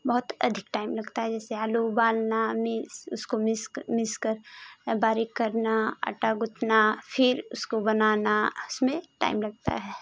बहुत अधिक टाइम लगता है जैसे आलू उबालना मिस उसको मिसकर मिसकर बारीक करना आँटा गूंथना फिर उसको बनाना आ उसमें टाइम टाइम लगता है